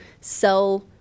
sell